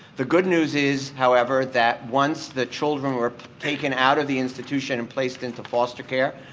the good news is however that once the children were taken out of the institution and placed into foster care,